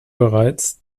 bereits